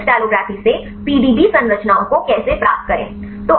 तो X ray crystallography से PDB संरचनाओं को कैसे प्राप्त करें